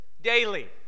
daily